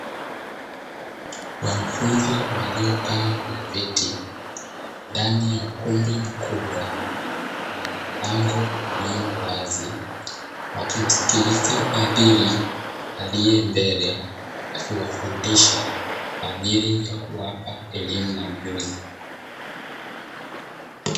Wanafunzi waliokaa kwenye viti ndani ya ukumbi mkubwa wenye mlango ulio wazi, wakimsikiliza muhadhiri aliyembele akiwafundisha kwaajili ya kuwapa elimu na ujuzi.